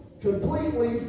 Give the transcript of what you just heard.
completely